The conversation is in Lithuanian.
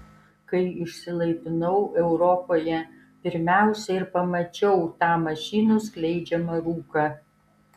kai išsilaipinau europoje pirmiausia ir pamačiau tą mašinų skleidžiamą rūką